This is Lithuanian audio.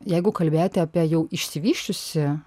jeigu kalbėti apie jau išsivysčiusį